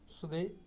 سُہ گٔیٚے